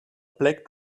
black